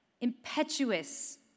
impetuous